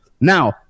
Now